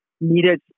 needed